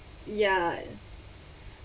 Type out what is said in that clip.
ya